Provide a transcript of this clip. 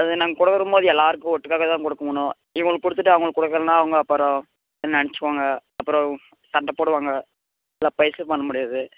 அது நாங்கள் கொடுக்கறம்போது எல்லாருக்கும் ஒட்டுக்காவேதான் கொடுக்கோணும் இவங்குளுக்கு கொடுத்துட்டு அவங்குளுக்கு கொடுக்கலானா அவங்க அப்புறம் எதா நினச்சுக்குவாங்க அப்புறம் சண்டை போடுவாங்க பைசல் பண்ண முடியாது